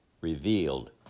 Revealed